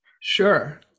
sure